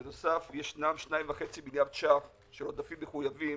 בנוסף, יש 2.5 מיליארד ₪ של עודפים מחויבים